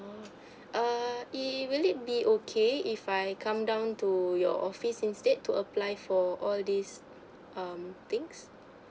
oo err it will it be okay if I come down to your office instead to apply for all these um things